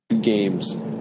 games